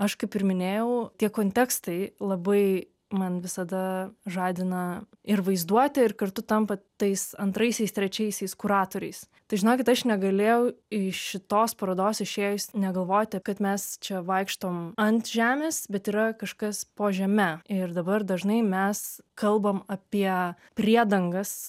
aš kaip ir minėjau tie kontekstai labai man visada žadina ir vaizduotę ir kartu tampa tais antraisiais trečiaisiais kuratoriais tai žinokit aš negalėjau iš šitos parodos išėjus negalvoti kad mes čia vaikštom ant žemės bet yra kažkas po žeme ir dabar dažnai mes kalbam apie priedangas